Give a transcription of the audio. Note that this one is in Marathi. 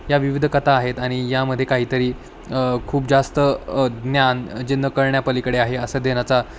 या विविध कथा आहेत आणि यामध्ये काहीतरी खूप जास्त ज्ञान जे न कळण्यापलीकडे आहे असं देण्याचा